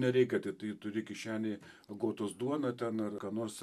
nereikia tai tu turi kišenėje agotos duona ten ar ką nors